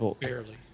barely